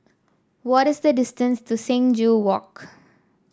what is the distance to Sing Joo Walk